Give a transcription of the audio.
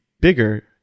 bigger